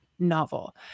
novel